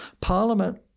Parliament